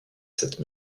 cette